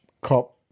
cop